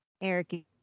Eric